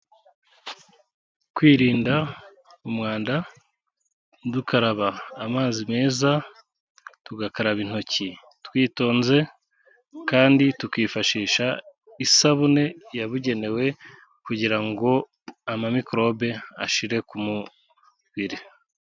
Kwirinda umwanda dukaraba amazi meza tugakaraba intoki twitonze kandi tukifashisha isabune yabugenewe kugira ngo amamikorobe ashire ku mubiri.